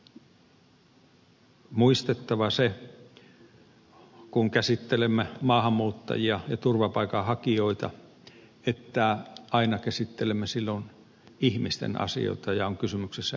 on muistettava se kun käsittelemme maahanmuuttajia ja turvapaikanhakijoita että aina käsittelemme silloin ihmisten asioita ja kysymyksessä on ihmiset